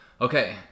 Okay